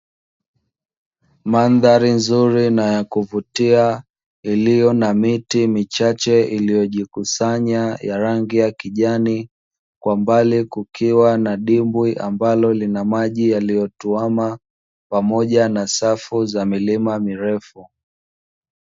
Mandhari nzuri na ya kuvutia iliyo na miti michache iliyojikusanya ya rangi ya kijani, kwa mbali kukiwa na dimbwi ambalo lina maji yaliyotuama, pamoja na safu za milima mirefu.